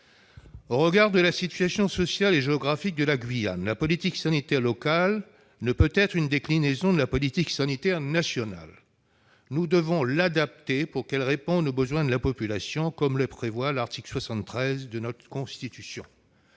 Au regard de la situation sociale et géographique de la Guyane, la politique sanitaire locale ne peut être une déclinaison de la politique sanitaire nationale. Nous devons l'adapter pour qu'elle réponde aux besoins de la population, comme le prévoit l'article 73 de notre Constitution.